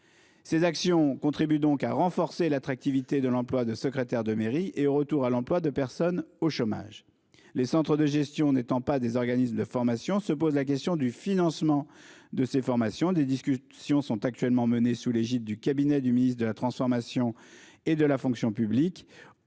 Ces actions contribuent donc à renforcer l'attractivité de l'emploi de secrétaire de mairie et au retour à l'emploi de personnes au chômage. Les centres de gestion n'étant pas des organismes de formation, se pose la question du financement de ces formations. Des discussions sont actuellement menées, sous l'égide du cabinet du ministre de la transformation et de la fonction publiques,